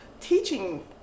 teaching